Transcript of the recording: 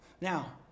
Now